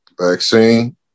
Vaccine